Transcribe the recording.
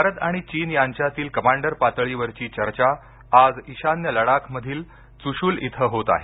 भारत आणि चीन यांच्यातील कमांडर पातळीवरची चर्चा आज इशान्य लडाखमधील चुशूल इथं होत आहे